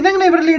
labor labor